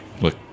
look